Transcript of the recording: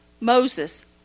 Moses